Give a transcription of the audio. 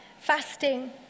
Fasting